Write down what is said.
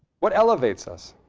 what elevates us?